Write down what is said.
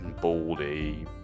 Baldy